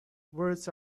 words